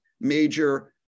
major